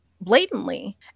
blatantly